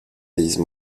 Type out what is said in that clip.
these